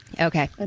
Okay